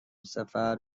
سفر